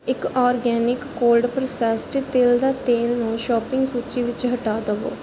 ਇੱਕ organic cold pressed ਤਿਲ ਦਾ ਤੇਲ ਨੂੰ ਸ਼ੋਪਿੰਗ ਸੂਚੀ ਵਿੱਚੋ ਹਟਾ ਦੇਵੋ